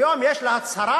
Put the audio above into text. היום יש לה הצהרה: